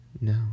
No